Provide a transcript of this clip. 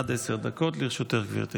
בבקשה, עד עשר דקות לרשותך, גברתי.